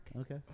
Okay